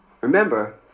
Remember